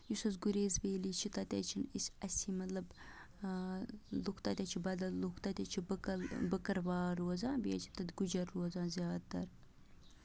یُس حظ گُریز ویلی چھِ تَتہِ حظ چھِنہٕ أسۍ اَسہِ ہی مطلب لُکھ تَتہِ حظ چھِ بَدل لُکھ تَتہِ حظ چھِ بٔکٕر بٔکٕروار روزان بیٚیہِ حظ چھِ تَتہِ گُجر روزان زیادٕ تَر